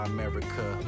America